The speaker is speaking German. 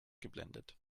geblendet